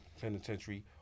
penitentiary